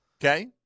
Okay